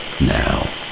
now